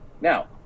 now